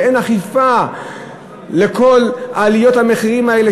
ואין אכיפה בכל עליות המחירים האלה.